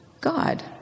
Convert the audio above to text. God